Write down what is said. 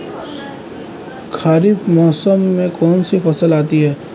खरीफ मौसम में कौनसी फसल आती हैं?